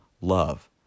love